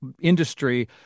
industry